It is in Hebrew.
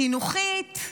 חינוכית,